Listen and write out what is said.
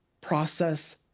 process